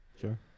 Sure